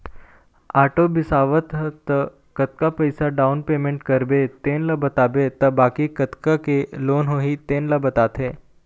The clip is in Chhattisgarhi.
आटो बिसावत हस त कतका पइसा डाउन पेमेंट करबे तेन ल बताबे त बाकी कतका के लोन होही तेन ल बताथे